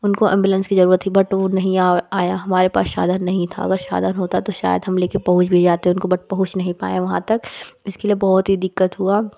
उनको एम्बुलेंस की ज़रूरत थी बट वो नहीं आई हमारे पास साधन नहीं था अगर साधन होता तो शायद हम ले कर पहुँच भी जाते बट पहुँच नहीं पाए वहाँ तक इसके लिए बहुत ही दिक्कत हुई